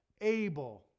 Abel